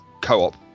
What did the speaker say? co-op